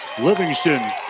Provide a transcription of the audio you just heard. Livingston